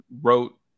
wrote